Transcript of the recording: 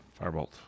Firebolt